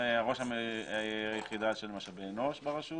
ראש היחידה של משאבי אנוש ברשות